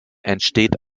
entsteht